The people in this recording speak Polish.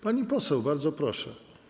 Pani poseł, bardzo proszę.